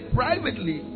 privately